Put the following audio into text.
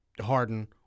Harden